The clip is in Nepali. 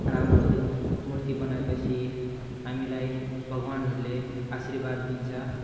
राम्रोहरू मूर्ति बनाएपछि हामीलाई भगवानहरूले आशीर्वाद दिन्छ